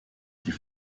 die